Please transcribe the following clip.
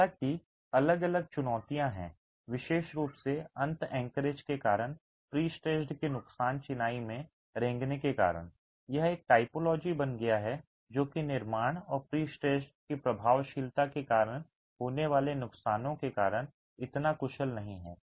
हालांकि अलग अलग चुनौतियां हैं विशेष रूप से अंत एंकरेज के कारण प्रीस्ट्रेस्ड के नुकसान चिनाई में रेंगने के कारण यह एक टाइपोलॉजी बन गया है जो कि निर्माण और प्रीस्ट्रेस्ड की प्रभावशीलता के कारण होने वाले नुकसानों के कारण इतना कुशल नहीं है